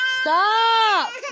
Stop